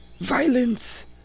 violence